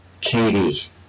Katie